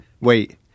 Wait